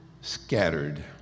scattered